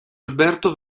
alberto